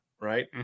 right